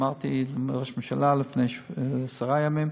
אמרתי לראש הממשלה לפני עשרה ימים,